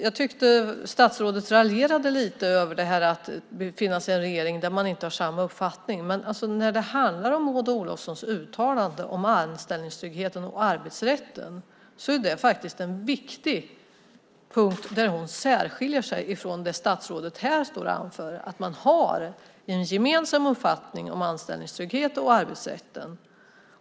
Jag tyckte att statsrådet raljerade lite över att befinna sig i en regering där man inte har samma uppfattning. Men Maud Olofssons uttalande om anställningstryggheten och arbetsrätten är en viktig punkt där hon särskiljer sig från det statsrådet säger här, nämligen att man har en gemensam uppfattning om anställningstryggheten och arbetsrätten.